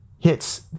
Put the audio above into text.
hits